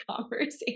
conversation